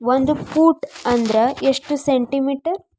ಒಂದು ಫೂಟ್ ಅಂದ್ರ ಎಷ್ಟು ಸೆಂಟಿ ಮೇಟರ್?